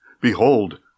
Behold